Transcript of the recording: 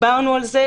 דיברנו על זה,